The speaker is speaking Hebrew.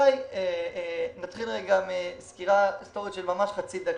נתחיל מסקירה היסטורית של חצי דקה.